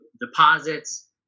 deposits